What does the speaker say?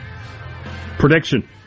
Prediction